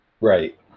Right